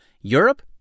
Europe